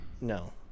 No